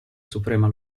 suprema